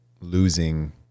losing